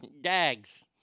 Dags